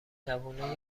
جوونای